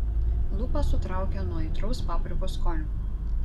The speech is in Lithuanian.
lūpas sutraukė nuo aitraus paprikos skonio